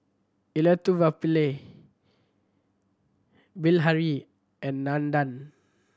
Elattuvalapil Bilahari and Nandan